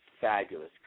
fabulous